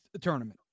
tournament